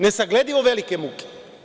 Nesagledivo velike muke.